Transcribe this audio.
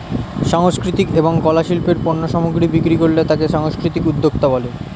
সাংস্কৃতিক এবং কলা শিল্পের পণ্য সামগ্রী বিক্রি করলে তাকে সাংস্কৃতিক উদ্যোক্তা বলে